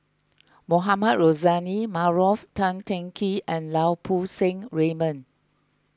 Mohamed Rozani Maarof Tan Teng Kee and Lau Poo Seng Raymond